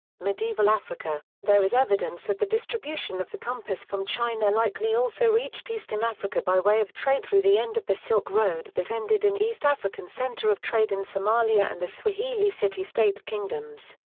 medieval africa there is evidence that the distribution of the compass from china likely also reached eastern africa by way of trade through the end of the silk road that ended in east african center of trade in somalia and the swahili city-state kingdoms.